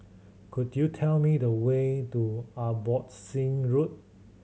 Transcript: could you tell me the way to Abbotsingh Road